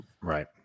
right